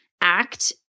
act